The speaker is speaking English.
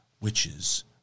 witches